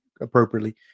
appropriately